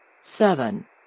Seven